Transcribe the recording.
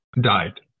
died